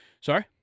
Sorry